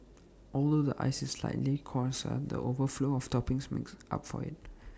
although the ice is slightly coarser the overflow of toppings makes up for IT